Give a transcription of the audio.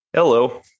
Hello